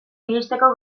iristeko